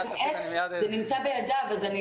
זה בידי משרד הבריאות.